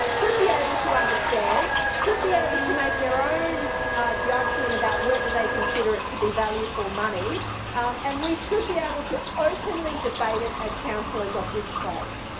um should be able to understand, should be able to make their own judgment about whether they consider it to be value for money and we should be able to openly debate as councillors of this place.